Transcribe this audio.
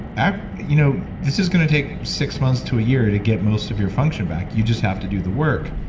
you know this is going to take six months to a year to get most of your function back. you just have to do the work.